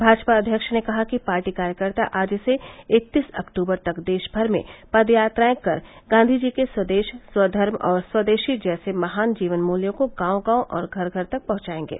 भाजपा अध्यक्ष ने कहा कि पार्टी कार्यकर्ता आज से इकतीस अक्टूबर तक देश भर में पदयात्राएं कर गांधीजी के स्वदेश स्वधर्म और स्वदेशी जैसे महान जीवन मूल्यों को गांव गांव और घर घर तक पहुंचाएंगे